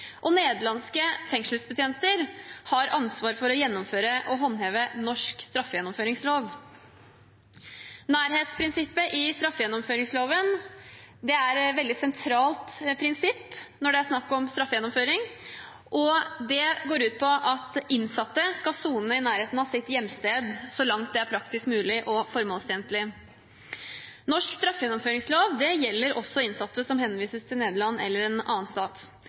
og nederlandske fengselsbetjenter har ansvar for å gjennomføre og håndheve norsk straffegjennomføringslov. Nærhetsprinsippet i straffegjennomføringsloven er et veldig sentralt prinsipp når det er snakk om straffegjennomføring. Det går ut på at innsatte skal sone i nærheten av sitt hjemsted så langt det er praktisk mulig og formålstjenlig. Norsk straffegjennomføringslov gjelder også innsatte som henvises til Nederland eller en annen